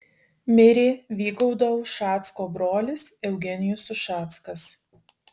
mirė vygaudo ušacko brolis eugenijus ušackas